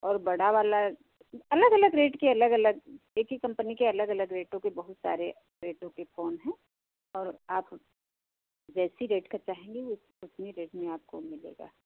और बड़ा वाला अलग अलग रेट के अलग अलग एक ही कंपनी के अलग अलग रेटों कि बहुत सारे रेटों के फोन हैं और आप जैसे रेट का चाहेंगे उतने रेट का आपको मिलेगा